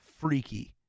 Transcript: freaky